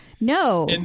No